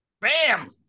Bam